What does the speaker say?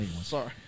Sorry